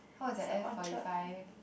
how was the F forty five